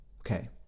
Okay